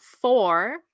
four